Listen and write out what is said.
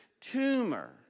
tumor